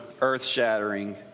earth-shattering